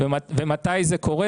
ומתי זה קורה?